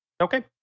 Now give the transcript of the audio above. okay